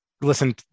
listen